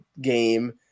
game